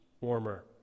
warmer